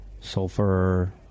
sulfur